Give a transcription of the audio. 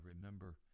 remember